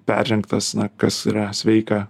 peržengtas na kas yra sveika